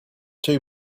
too